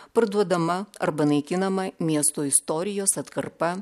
parduodama arba naikinama miesto istorijos atkarpa